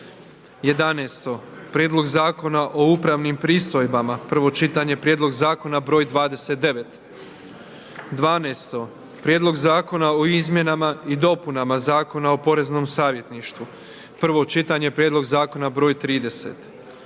11. Prijedlog zakona o upravnim pristojbama, prvo čitanje, P.Z. br. 29. 12. Prijedlog zakona o izmjenama i dopunama Zakona o poreznom savjetništvu, prvo čitanje, P.Z. br. 30,